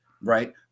Right